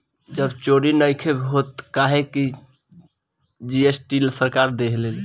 अब चोरी नइखे होत काहे की जी.एस.टी सरकार देखेले